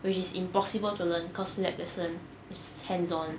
which is impossible to learn cause lab lesson is hands on